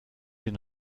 den